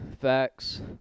Facts